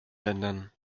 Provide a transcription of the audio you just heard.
ländern